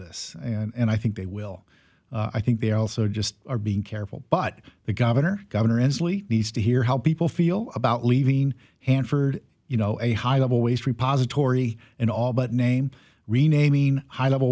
this and i think they will i think they also just are being careful but the governor governor inslee needs to hear how people feel about leaving hanford you know a high level waste repository in all but name renaming high